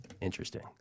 Interesting